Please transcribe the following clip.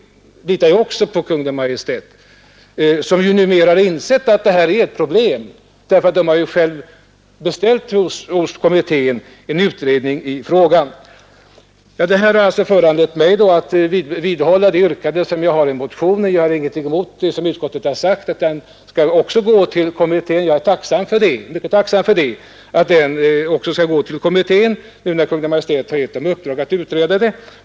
Därvidlag litar jag också på Kungl. Maj:t, som numera har insett att formen för utbetalning är ett problem. Kungl. Maj:t har ju själv hos kommittén beställt en utredning i frågan. Detta har alltså föranlett mig att vidhålla det yrkande som jag framfört i motionen. Jag har ingenting emot utskottets förslag att motionen skall överlämnas till familjepolitiska kommittén. Jag är tvärtom mycket tacksam för det.